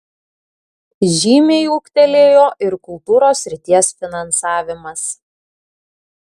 žymiai ūgtelėjo ir kultūros srities finansavimas